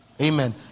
Amen